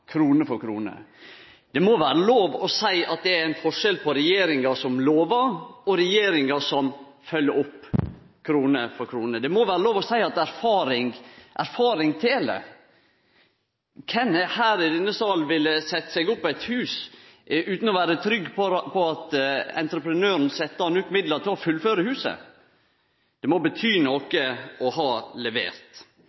krone for krone. Det må vere lov å seie at det er ein forskjell på regjeringar som lovar, og regjeringar som følgjer opp, krone for krone. Det må vere lov å seie at erfaring tel. Kven her i denne sal ville bygd seg eit hus utan å vere trygg på at entreprenøren sette av nok midlar til å fullføre huset? Det må bety